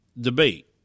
debate